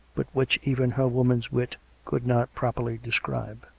but which even her woman's wit could not properly describe.